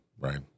right